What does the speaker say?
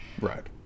Right